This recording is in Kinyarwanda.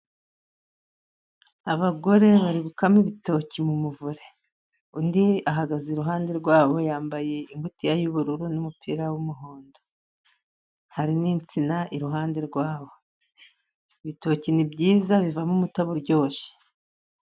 Abagore bari gukama ibitoki mu muvure, undi ahagaze iruhande rwabo, yambaye ingutiya y'ubururu n'umupira w'umuhondo, hari n'insina iruhande rwabo. Ibitoki ni byiza bivamo umutobe uryoshye.